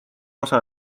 osa